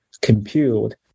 compute